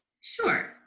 Sure